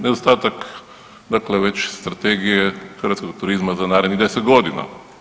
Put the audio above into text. Nedostatak dakle veće strategije hrvatskog turizma za narednih 10 godina.